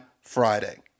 Friday